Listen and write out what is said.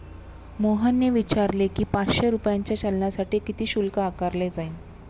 मोहनने विचारले की, पाचशे रुपयांच्या चलानसाठी किती शुल्क आकारले जाईल?